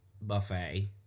buffet